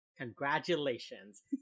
congratulations